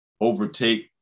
overtake